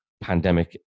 pandemic